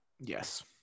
Yes